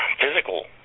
physical